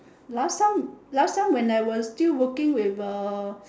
last time last time when I was still working with uh